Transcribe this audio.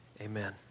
Amen